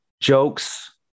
jokes